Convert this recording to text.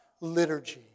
liturgy